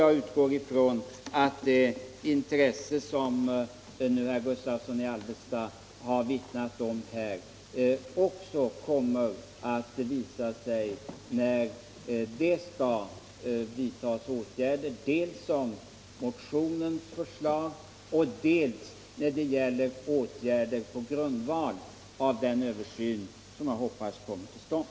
Jag utgår från att det intresse som herr Gustavsson i Alvesta har vittnat om här också kommer att visa sig när åtgärder skall vidtas dels i anledning av motionens förslag, dels på grundval av den översyn som jag hoppas kommer till stånd.